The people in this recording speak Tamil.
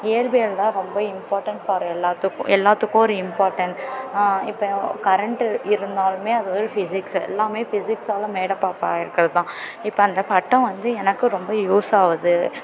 இயற்பியல் தான் ரொம்ப இம்பார்ட்டண்ட் ஃபார் எல்லாத்துக்கும் எல்லாத்துக்கும் ஒரு இம்பார்ட்டண்ட் இப்போது கரெண்ட்டு இருந்தாலுமே அது ஒரு ஃபிஸிக்ஸ் எல்லாமே ஃபிஸிக்ஸால் மேட் அப் ஆகி இருக்கிறது தான் இப்போ அந்த பட்டம் வந்து எனக்கு ரொம்ப யூஸ் ஆகுது